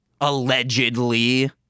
Allegedly